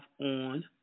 on